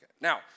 Now